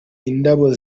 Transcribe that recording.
indabo